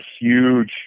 huge